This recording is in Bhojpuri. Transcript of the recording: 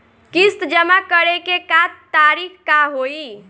किस्त जमा करे के तारीख का होई?